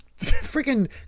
freaking